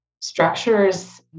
structures